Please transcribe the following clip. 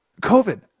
covid